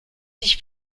sich